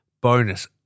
bonus